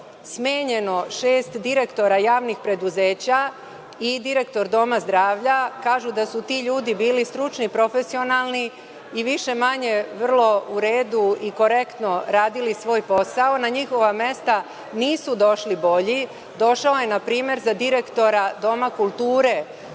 smenjeno šest direktora javnih preduzeća i direktor doma zdravlja. Kažu da su ti ljudi bili stručni, profesionalni i više manje vrlo u redu i korektno radili svoj posao. Na njihova mesta nisu došli bolji, došao je npr. za direktora doma kulture